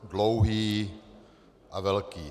Dlouhý a velký.